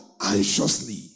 anxiously